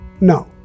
No